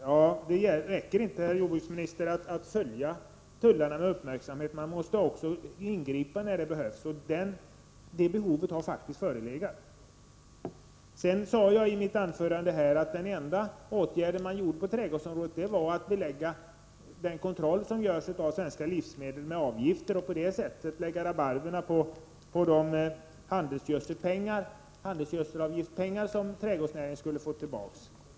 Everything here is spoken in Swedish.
Ja, men det räcker inte, herr jordbruksminister, att följa tullarna med uppmärksamhet. Man måste också ingripa när det behövs. Och det behovet har faktiskt förelegat. Vidare sade jag i mitt förra anförande att den enda åtgärd man vidtog på trädgårdsområdet var att belägga den kontroll som görs av svenska livsmedel med avgifter och på det sättet lägga rabarber på de pengar från handelsgödselavgiften som trädgårdsnäringen skulle få tillbaks.